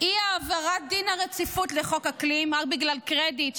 אי-העברת דין הרציפות לחוק אקלים רק בגלל קרדיט,